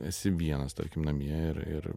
esi vienas tarkim namie ir ir